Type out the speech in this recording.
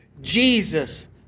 Jesus